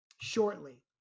shortly